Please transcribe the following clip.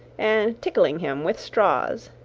and tickling him with straws.